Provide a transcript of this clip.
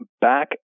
back